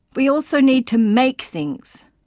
we also need to make things,